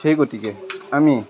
সেই গতিকে আমি